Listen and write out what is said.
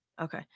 Okay